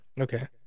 Okay